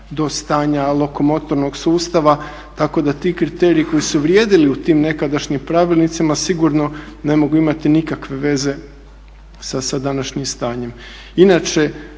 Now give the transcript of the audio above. do stanja lokomotornog sustava tako da ti kriteriji koji su vrijedili u tim nekadašnjim pravilnicima sigurno ne mogu imati nikakve veze sa današnjim stanjem.